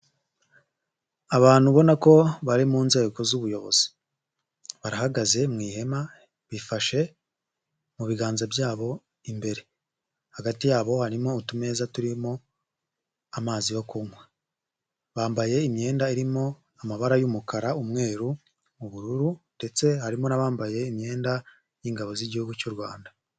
Abantu ubona ko bari mu nzego z'ubuyobozi barahagaze mu ihema bifashe mu biganza byabo imbere, hagati yabo harimo utumeza turimo amazi yo kunywa, bambaye imyenda irimo amabara y'umukara, umweru n'ubururu ndetse harimo n'abambaye imyenda y'ingabo z'Igihugu cy'u Rwanda.